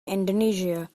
indonesia